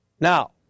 now